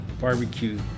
Barbecue